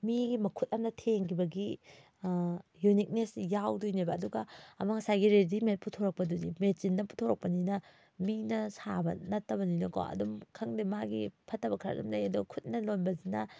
ꯃꯤꯒꯤ ꯃꯍꯨꯠ ꯑꯃꯅ ꯊꯦꯡꯈꯤꯕꯒꯤ ꯌꯨꯅꯤꯛꯅꯦꯁꯁꯤ ꯌꯥꯎꯗꯣꯏꯅꯦꯕ ꯑꯗꯨꯒ ꯑꯃ ꯉꯁꯥꯏꯒꯤ ꯔꯦꯗꯤꯃꯦꯗ ꯄꯨꯊꯣꯔꯛꯄꯗꯨꯗꯤ ꯃꯦꯆꯤꯟꯗ ꯄꯨꯊꯣꯔꯛꯄꯅꯤꯅ ꯃꯤꯅ ꯁꯥꯕ ꯅꯠꯇꯕꯅꯤꯅꯀꯣ ꯑꯗꯨꯝ ꯈꯪꯗꯦ ꯃꯥꯒꯤ ꯐꯠꯇꯕ ꯈꯔ ꯑꯗꯨꯝ ꯂꯩ ꯑꯗꯨ ꯈꯨꯠꯅ ꯂꯣꯟꯕꯁꯤꯅ